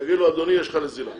יגידו לו אדוני, יש לך נזילה.